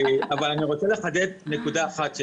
אני רוצה לחדד נקודה אחת,